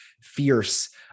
fierce